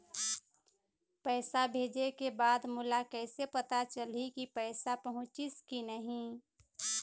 पैसा भेजे के बाद मोला कैसे पता चलही की पैसा पहुंचिस कि नहीं?